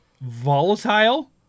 volatile